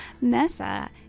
Nessa